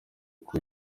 kuko